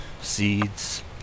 seeds